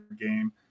game